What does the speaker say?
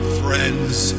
friends